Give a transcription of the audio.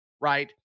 right